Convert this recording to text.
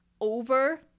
over